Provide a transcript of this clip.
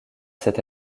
cet